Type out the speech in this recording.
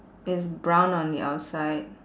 it's brown on the outside